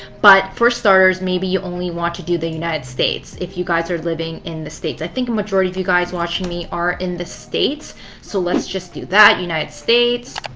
but for starters, maybe you only want to do the united states if you guys are living in the states. i think the majority of you guys watching me are in the states so let's just do that, united states.